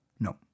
No